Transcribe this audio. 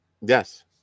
Yes